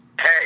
Hey